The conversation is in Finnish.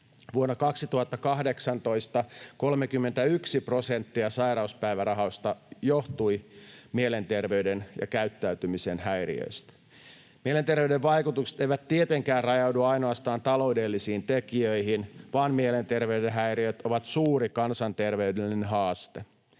Vuonna 2018 sairauspäivärahoista 31 prosenttia johtui mielenterveyden ja käyttäytymisen häiriöistä. Mielenterveyden vaikutukset eivät tietenkään rajaudu ainoastaan taloudellisiin tekijöihin, vaan mielenterveyden häiriöt ovat suuri kansanterveydellinen haaste.